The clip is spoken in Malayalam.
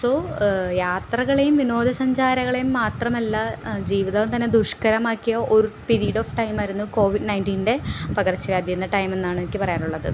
സോ യാത്രകളെയും വിനോദസഞ്ചാരങ്ങളെയും മാത്രമല്ല ജീവിതം തന്നെ ദുഷ്കരമാക്കിയ ഒരു പീരീഡ് ഓഫ് ടൈം ആയിരുന്നു കോവിഡ് നയൻടീൻ്റെ പകർച്ചവ്യാദി എന്ന ടൈമെന്നാണ് എനിക്കു പറയാനുള്ളത്